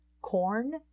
corn